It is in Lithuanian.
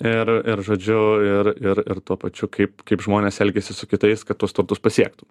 ir žodžiu ir ir ir tuo pačiu kaip kaip žmonės elgiasi su kitais kad tuos turtus pasiektų